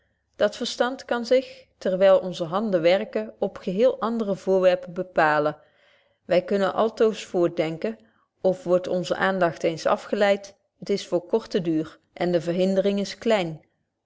dat verstand kan zich terwyl onze betje wolff proeve over de opvoeding handen werken op geheel andere voorwerpen bepalen wy kunnen altoos voortdenken of word onze aandagt eens afgeleid t is voor korten duur en de verhindering is klein